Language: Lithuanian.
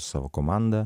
savo komanda